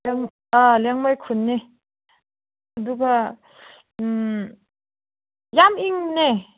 ꯑꯥ ꯂꯤꯌꯥꯡꯃꯩ ꯈꯨꯟꯅꯤ ꯑꯗꯨꯒ ꯎꯝ ꯌꯥꯝ ꯏꯪꯕꯅꯦ